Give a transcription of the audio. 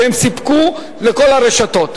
שהם סיפקו לכל הרשתות.